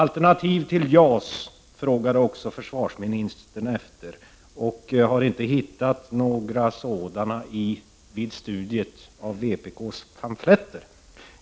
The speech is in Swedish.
Alternativ till JAS frågade försvarsministern efter och förklarade att han inte hittat några sådana vid studiet av vpk:s pamfletter.